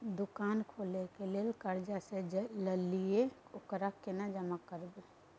दुकान खोले के लेल कर्जा जे ललिए ओकरा केना जमा करिए?